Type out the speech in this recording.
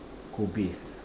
kobis